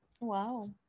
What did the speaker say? Wow